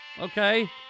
Okay